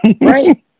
right